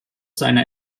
seiner